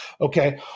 Okay